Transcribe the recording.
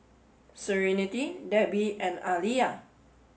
serenity Debby and Aaliyah